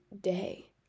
day